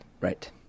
Right